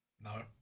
No